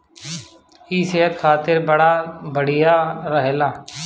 इ सेहत खातिर बड़ा बढ़िया रहेला